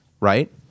right